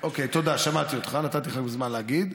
אוקיי, תודה, שמעתי אותך, נתתי לכם זמן להגיד.